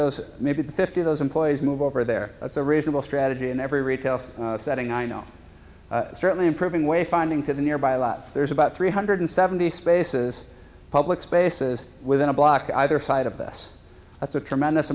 those maybe the fifty those employees move over there it's a reasonable strategy in every retail setting i know certainly improving way finding to the nearby lots there's about three hundred seventy spaces public spaces within a block either side of this that's a tremendous